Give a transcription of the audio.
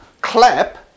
Clap